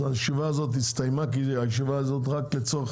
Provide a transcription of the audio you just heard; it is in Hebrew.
אם כן הישיבה הזאת הסתיימה, כי היא רק לצורך